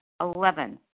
Eleven